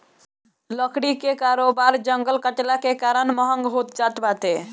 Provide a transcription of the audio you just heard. लकड़ी कअ कारोबार जंगल कटला के कारण महँग होत जात बाटे